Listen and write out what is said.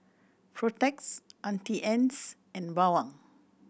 Protex Auntie Anne's and Bawang